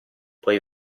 poi